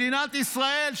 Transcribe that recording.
מדינת ישראל,